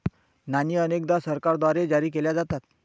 नाणी अनेकदा सरकारद्वारे जारी केल्या जातात